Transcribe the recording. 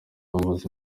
bamubaza